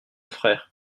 frère